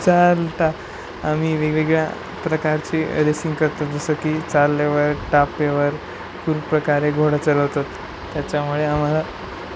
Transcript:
चाल टा आम्ही वेगवेगळ्या प्रकारची रेसिंग करतात जसं की चालल्यावर टापेवर खूप प्रकारे घोडा चालवतात त्याच्यामुळे आम्हाला